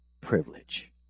privilege